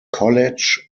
college